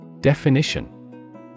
Definition